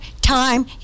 time